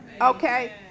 Okay